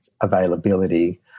availability